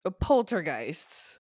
Poltergeists